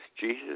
jesus